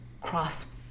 cross